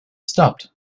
stopped